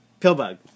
pillbug